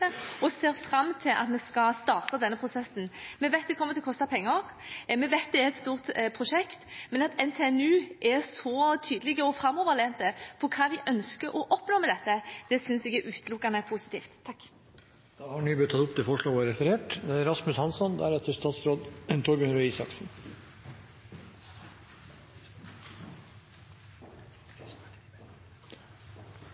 og ser fram til at vi skal starte denne prosessen. Vi vet det kommer til å koste penger, vi vet det er et stort prosjekt, men at NTNU er så tydelige og framoverlente på hva de ønsker å oppnå med dette, synes jeg er utelukkende positivt. Representanten Iselin Nybø har tatt opp det forslaget hun refererte til. Takk til saksordføreren og komiteen, som har